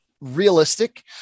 realistic